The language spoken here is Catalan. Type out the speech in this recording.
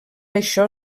això